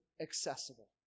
accessible